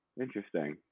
Interesting